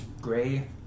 gray